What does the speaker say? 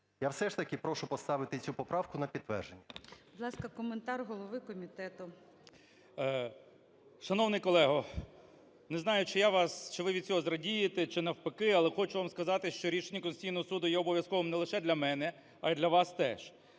Я все ж таки прошу поставити цю поправку на підтвердження. ГОЛОВУЮЧИЙ. Будь ласка, коментар голови комітету. 12:40:59 КНЯЖИЦЬКИЙ М.Л. Шановний колего, не знаю, чи ви від цього зрадієте, чи навпаки, але хочу вам сказати, що рішення Конституційного Суду є обов'язковим не лише для мене, а і для вас теж.